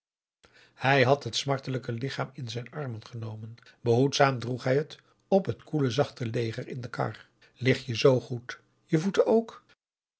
hij had het smartelijke lichaam in zijn armen genomen behoedzaam droeg hij het op t koele zachte leger in de kar lig je zo goed je voeten ook